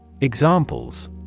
Examples